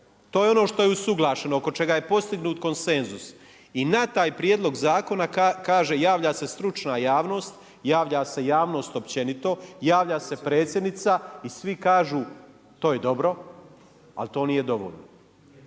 To je ono što je usuglašeno, oko čega je postignut konsenzus. I na taj prijedlog zakona kaže javlja se stručna javnost, javlja se javnost općenito, javlja se predsjednica i svi kažu to je dobro, ali to nije dovoljno.